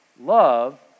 Love